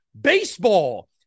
baseball